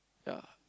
ya